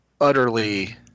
utterly